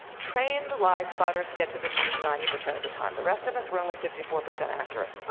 trained liespotters get to the truth ninety percent of the time. the rest of us, we're only fifty four percent accurate.